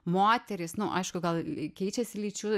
moterys nu aišku gal keičiasi lyčių